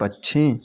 पक्षी